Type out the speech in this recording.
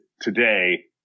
today